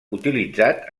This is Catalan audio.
utilitzat